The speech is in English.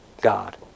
God